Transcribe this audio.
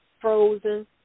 frozen